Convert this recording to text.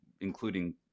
including